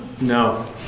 No